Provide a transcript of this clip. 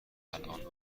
الان